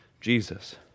Jesus